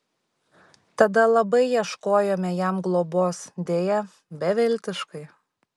tada labai ieškojome jam globos deja beviltiškai